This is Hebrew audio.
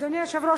אדוני היושב-ראש,